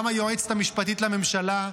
גם היועצת המשפטית לממשלה,